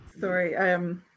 Sorry